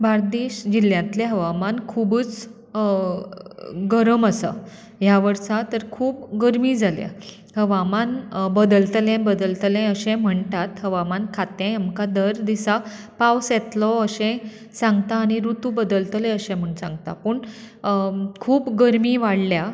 बार्देश जिल्ल्यांतलें हवामान खुबूच गरम आसा ह्या वर्सा तर खूब गर्मी जाल्या हवामान बदलतलें बदलतलें अशें म्हणटात हवामान खातें आमकां दर दिसा पावस येतलो अशें सांगता आनी रुतू बदलतले अशें सांगता पूण खूब गर्मी वाडल्या